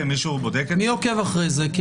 מי עוקב אחרי זה?